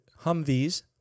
Humvees